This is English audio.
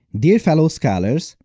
dear fellow scholars,